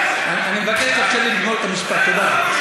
אני מבקש לאפשר לי לגמור את המשפט, תודה.